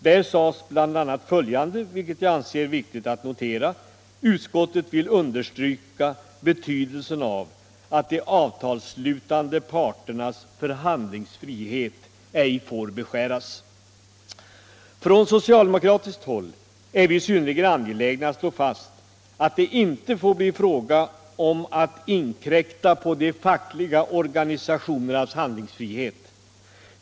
Där sades bl.a. följande, vilket jag anser viktigt att notera: ”Utskottet vill understryka betydelsen av att de avtalsslutande parternas förhandlingsfrihet ej får beskäras i sammanhanget.” Från socialdemokratiskt håll är vi synnerligen angelägna att.slå fast att det inte får bli fråga om att inkräkta på de fackliga organisationernas handlingsfrihet.